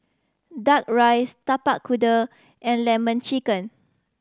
Duck Rice Tapak Kuda and Lemon Chicken